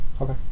Okay